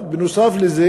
בנוסף לזה